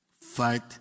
Fight